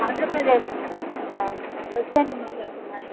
ఆంధ్రప్రదేశ్ రెసిడెన్స్ని మాట్లాడుతున్నాను